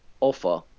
offer